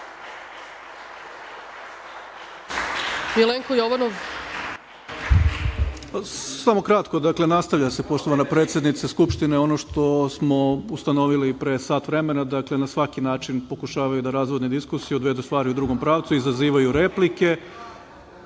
**Milenko Jovanov** Samo kratko. Nastavlja se, poštovana predsednice Skupštine, ono što smo ustanovili pre sat vremena, dakle, na svaki način pokušavaju da razvodne diskusiju, odvedu stvari u drugom pravcu, izazivaju replike.